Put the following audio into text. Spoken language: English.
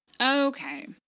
Okay